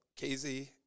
KZ